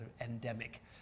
endemic